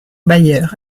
bayer